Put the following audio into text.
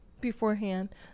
beforehand